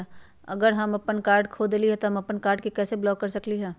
अगर हम अपन कार्ड खो देली ह त हम अपन कार्ड के कैसे ब्लॉक कर सकली ह?